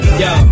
yo